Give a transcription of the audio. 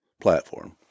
platform